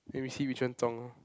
then we see which one 中 lor